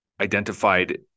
identified